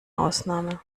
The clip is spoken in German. ausnahme